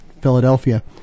Philadelphia